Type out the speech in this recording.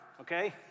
okay